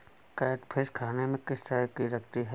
Catfish खाने में किस तरह की लगती है?